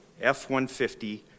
F-150